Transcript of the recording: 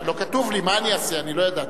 לא כתוב לי, מה אני אעשה, אני לא ידעתי.